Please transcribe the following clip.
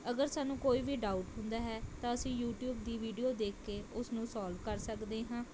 ਅਗਰ ਸਾਨੂੰ ਕੋਈ ਵੀ ਡਾਊਟ ਹੁੰਦਾ ਹੈ ਤਾਂ ਅਸੀਂ ਯੂਟਿਊਬ ਦੀ ਵੀਡਿਓ ਦੇਖ ਕੇ ਉਸ ਨੂੰ ਸੋਲਵ ਕਰ ਸਕਦੇ ਹਾਂ